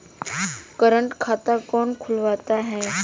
Current खाता कौन खुलवाता है?